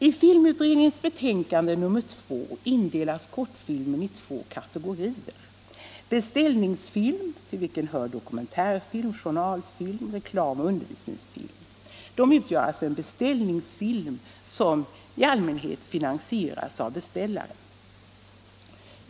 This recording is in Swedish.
I filmutredningens betänkande nr 2 indelas kortfilmen i två kategorier. Den ena kategorin är beställningsfilm. Dit hör dokumentärfilm, journalfilm, reklamoch undervisningsfilm. Beställningsfilmer finansieras i allmänhet av beställaren.